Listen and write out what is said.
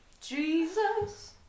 Jesus